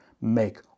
make